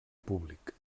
públic